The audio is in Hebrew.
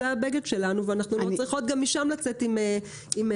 זה הבגד שלנו ואנחנו לא צריכות גם משם לצאת עם תסכול.